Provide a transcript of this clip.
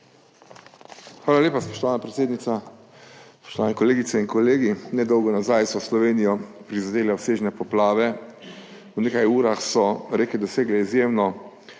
Hvala lepa, spoštovana predsednica. Spoštovane kolegice in kolegi. Nedolgo nazaj so Slovenijo prizadele obsežne poplave. V nekaj urah so reke dosegle izjemno